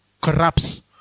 corrupts